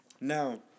Now